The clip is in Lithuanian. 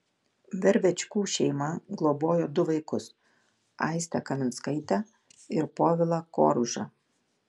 vervečkų šeima globojo du vaikus aistę kaminskaitę ir povilą koružą